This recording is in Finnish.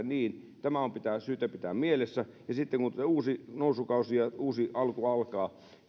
niin tämä on syytä pitää mielessä ja sitten kun uusi nousukausi ja uusi alku alkaa